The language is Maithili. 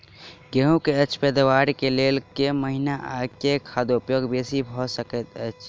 गेंहूँ की अछि पैदावार केँ लेल केँ महीना आ केँ खाद उपयोगी बेसी भऽ सकैत अछि?